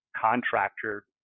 contractor